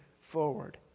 forward